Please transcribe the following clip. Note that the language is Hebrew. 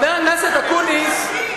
חבר הכנסת אקוניס,